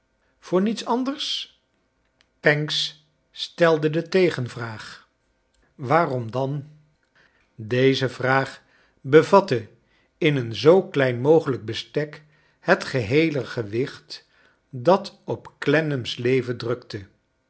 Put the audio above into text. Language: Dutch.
voor niets anders pancks stelde de tegenvraag waarom dan deze vraag bevatte in een zoo klein mogelijk bestek het geheele gewicht dat oj clennam's leven drukte